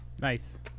Nice